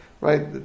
right